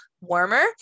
warmer